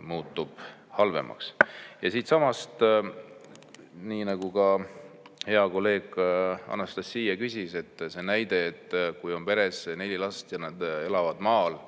muutub halvemaks. Nii nagu ka hea kolleeg Anastassia küsis: võtame näite, kui on peres neli last ja nad elavad maal